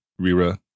Rira